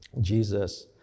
Jesus